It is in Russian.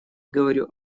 говорю